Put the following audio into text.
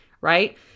right